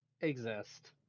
exist